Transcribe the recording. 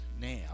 now